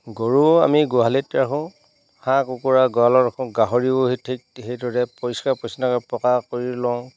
গৰু আমি গোহালিত ৰাখোঁ হাঁহ কুকুৰা গঁৰাালৰ ৰাখোঁ গাহৰিও সেই ঠিক সেইদৰে পৰিষ্কাৰ পৰিচ্ছন্নকৈ পকা কৰি লওঁ